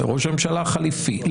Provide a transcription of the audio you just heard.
לראש הממשלה החליפי,